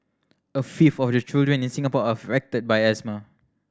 a fifth of the children in Singapore are affected by asthma